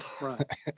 Right